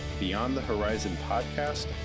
beyondthehorizonpodcast